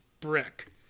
brick